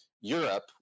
Europe